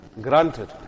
granted